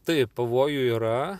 taip pavojų yra